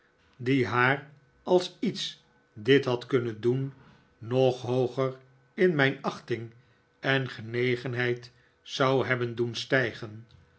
die haar als iets dit had kunnen doen nog hooger in mijn achting en genegenheid zou hebben doen stijgen